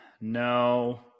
No